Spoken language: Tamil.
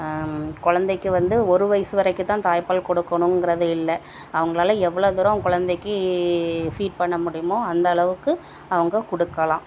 கொழந்தைக்கு வந்து ஒரு வயசு வரைக்குந்தான் தாய்ப்பால் கொடுக்கணுங்கிறது இல்லை அவங்களால எவ்வளோ தூரம் குழந்தைக்கி ஃபீட் பண்ண முடியுமோ அந்தளவுக்கு அவங்க கொடுக்கலாம்